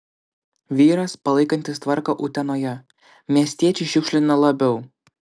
vyras palaikantis tvarką utenoje miestiečiai šiukšlina labiau